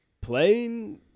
playing